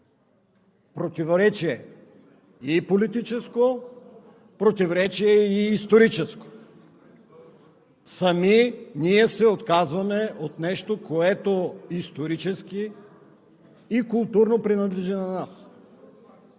Противоречие – и политическо, и историческо. Ние сами се отказваме от нещо, което исторически и културно принадлежи на нас.